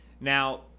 Now